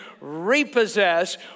repossess